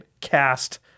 cast